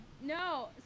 no